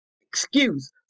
excuse